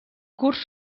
curs